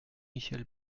michel